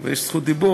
ויש זכות דיבור.